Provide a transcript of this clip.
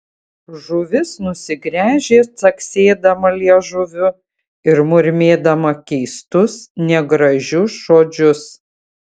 žuvis nusigręžė caksėdama liežuviu ir murmėdama keistus negražius žodžius